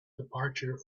departure